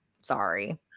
sorry